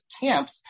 camps